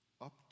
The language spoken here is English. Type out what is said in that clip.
Up